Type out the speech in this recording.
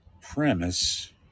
premise